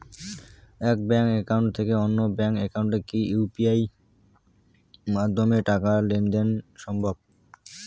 এক bank account থেকে অন্য ব্যাংক একাউন্টে কি ইউ.পি.আই মাধ্যমে টাকার লেনদেন দেন সম্ভব?